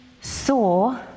saw